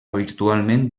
virtualment